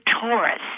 Taurus